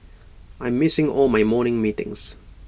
I'm missing all my morning meetings